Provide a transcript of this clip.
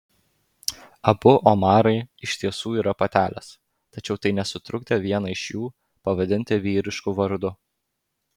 abu omarai iš tiesų yra patelės tačiau tai nesutrukdė vieną iš jų pavadinti vyrišku vardu